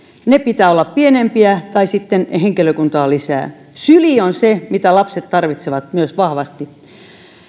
niiden pitää olla pienempiä tai sitten henkilökuntaa lisää syli on se mitä lapset tarvitsevat myös vahvasti